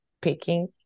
picking